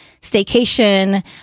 staycation